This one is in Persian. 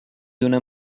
دونه